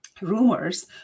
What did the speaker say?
rumors